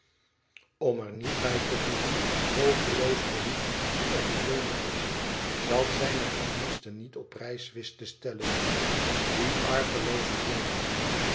om er niet bij te voegen hopeloos verliefd op een jong meisje dat zijne verdiensten niet op prijs wist te stellen die argelooze jonkman